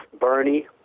Bernie